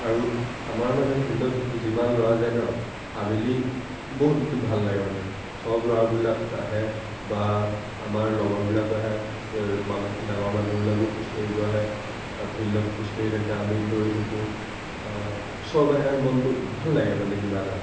আৰু আমাৰ মানে ফিল্ডত যিমান ল'ৰা যায় ন আবেলি বহুত দেখি ভাল লাগে মানে চব ল'ৰাবিলাক আহে বা আমাৰ লগৰবিলাকো আহে আমাতকৈ ডাঙৰ মানুহবিলাকো খোজকাঢ়িব আহে ফিল্ডত খোজকাঢ়ি থাকে আমি দৌৰি থাকোঁ চব আহে মনটো ভাল লাগে মানে কিবা এটা